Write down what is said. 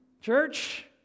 church